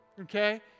okay